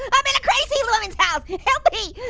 i'm in a crazy woman's house, help me,